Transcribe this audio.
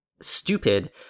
stupid